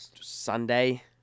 Sunday